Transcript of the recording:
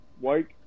White